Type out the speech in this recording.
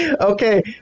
Okay